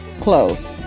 closed